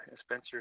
Spencer